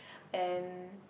and